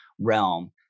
realm